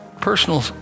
personal